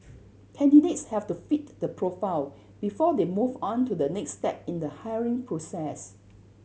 candidates have to fit the profile before they move on to the next step in the hiring process